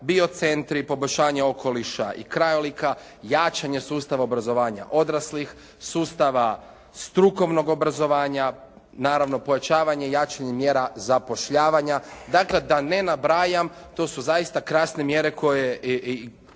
biocentri, poboljšanje okoliša i krajolika, jačanje sustava obrazovanja odraslih, sustava strukovnog obrazovanja naravno pojačavanje i jačanje mjera zapošljavanja. Dakle da ne nabrajam to su zaista krasne mjere koje